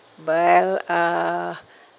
well uh